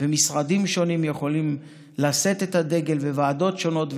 ומשרדים שונים יכולים לשאת את הדגל וגם ועדות שונות,